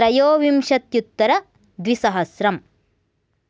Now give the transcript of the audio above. त्रयोविंशत्युत्तर द्विसहस्रम्